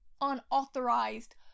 unauthorized